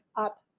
up